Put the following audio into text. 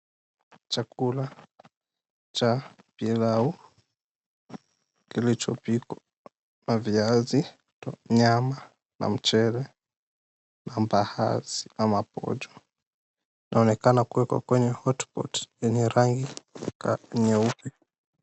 Chakula cha pilau kilichopikwa na viazi, nyama na mchele na mbaazi ama pojo linaonekana kuwekwa kwenye hotpot yenye rangi nyeupe.